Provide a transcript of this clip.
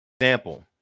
example